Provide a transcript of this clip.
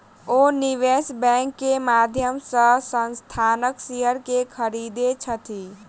ओ निवेश बैंक के माध्यम से संस्थानक शेयर के खरीदै छथि